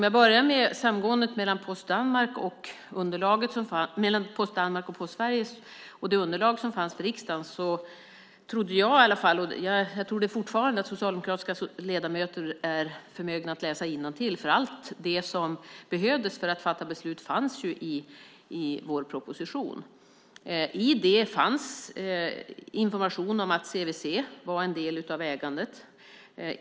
Jag börjar med samgåendet mellan Post Danmark och Posten och det underlag som fanns för riksdagen. Jag trodde i alla fall, och jag tror fortfarande, att socialdemokratiska ledamöter är förmögna att läsa innantill, för allt det som behövdes för att fatta beslut fanns ju i vår proposition. I underlaget fanns information om att CVC äger en del.